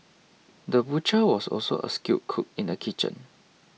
the butcher was also a skilled cook in the kitchen